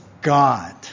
God